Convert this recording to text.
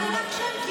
חברים.